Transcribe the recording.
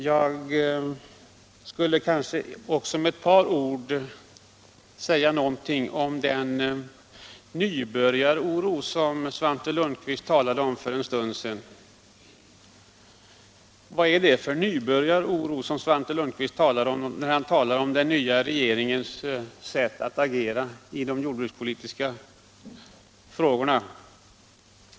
Jag skall också med några ord beröra den ”nybörjaroro” som Svante Lundkvist talade om för en stund sedan och som skulle karakterisera den nya regeringens sätt att agera i de jordbrukspolitiska frågorna. Vad är det för ”nybörjaroro”?